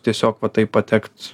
tiesiog va taip patekt